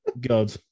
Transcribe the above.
God